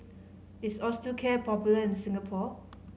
is Osteocare popular in Singapore